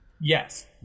Yes